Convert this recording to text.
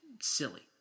silly